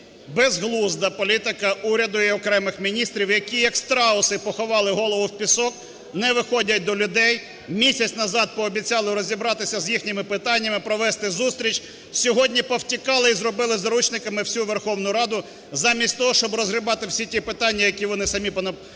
безглузда політика уряду і окремих міністрів, які, як страуси поховали голову в пісок, не виходять до людей, місяць назад пообіцяли розібратися з їхніми питаннями, провести зустріч, сьогодні повтікали і зробили заручниками всю Верховну Раду замість того, щоб розгрібати всі ті питання, які вони самі понастворювали.